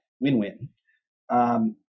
win-win